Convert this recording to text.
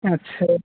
अच्छा